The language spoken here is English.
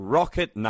Rocket